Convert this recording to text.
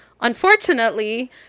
unfortunately